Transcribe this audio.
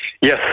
Yes